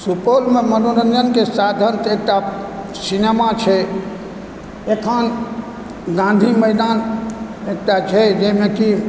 सुपौलमे मनोरञ्जनके साधन तऽ एकटा सिनेमा छै एखन गांँधी मैदान एकटा छै जाहिमे कि